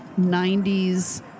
90s